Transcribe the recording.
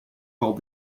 called